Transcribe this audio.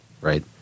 right